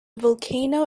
volcano